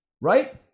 right